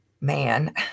man